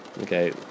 Okay